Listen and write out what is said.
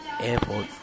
Airport